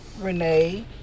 Renee